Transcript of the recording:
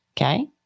Okay